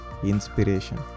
Inspiration